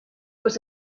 was